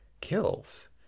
kills